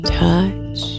touch